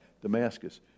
damascus